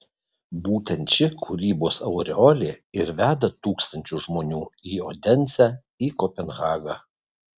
būtent ši kūrybos aureolė ir veda tūkstančius žmonių į odensę į kopenhagą